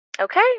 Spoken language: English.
Okay